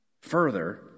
further